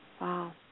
wow